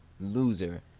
loser